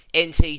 NT